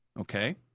Okay